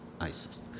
ISIS